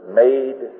made